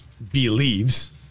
believes